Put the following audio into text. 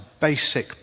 basic